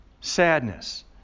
sadness